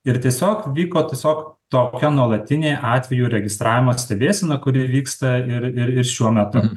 ir tiesiog vyko tiesiog tokia nuolatinė atvejų registravimo stebėsena kuri vyksta ir ir šiuo metu